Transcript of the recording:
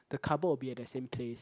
the cupboard will be at the same place